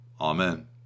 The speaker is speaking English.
Amen